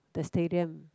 the stadium